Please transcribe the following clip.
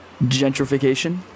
Gentrification